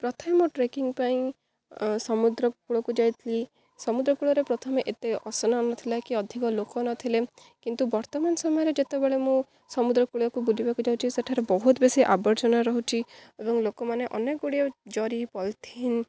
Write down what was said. ପ୍ରଥମେ ମୁଁ ଟ୍ରେକିଂ ପାଇଁ ସମୁଦ୍ରକୂଳକୁ ଯାଇଥିଲି ସମୁଦ୍ରକୂଳରେ ପ୍ରଥମେ ଏତେ ଅସନା ନଥିଲା କି ଅଧିକ ଲୋକ ନଥିଲେ କିନ୍ତୁ ବର୍ତ୍ତମାନ ସମୟରେ ଯେତେବେଳେ ମୁଁ ସମୁଦ୍ରକୂଳକୁ ବୁଲିବାକୁ ଯାଉଛି ସେଠାରେ ବହୁତ ବେଶୀ ଆବର୍ଜନା ରହୁଛି ଏବଂ ଲୋକମାନେ ଅନେକ ଗୁଡ଼ିଏ ଜରି ପଲିଥିନ୍